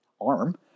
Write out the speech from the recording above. arm –